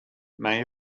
may